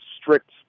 strict